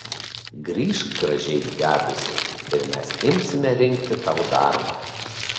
grįžk gražiai įdegusi ir mes imsime rinkti tau darbą